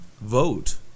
vote